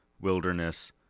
wilderness